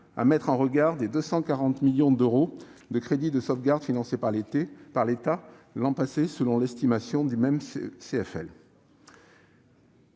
être mis en regard des 240 millions d'euros de crédits de sauvegarde financés par l'État l'an passé selon l'estimation du même CFL.